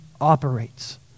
operates